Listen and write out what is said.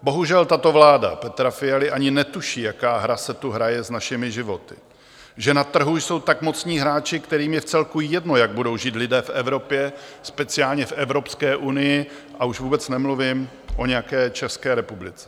Bohužel, tato vláda Petra Fialy ani netuší, jaká hra se tu hraje s našimi životy, že na trhu jsou tak mocní hráči, kterým je vcelku jedno, jak budou žít lidé v Evropě, speciálně v Evropské unii, a už vůbec nemluvím o nějaké České republice.